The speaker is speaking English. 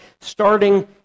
starting